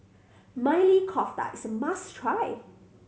Maili Kofta is a must try